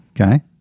Okay